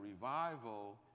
revival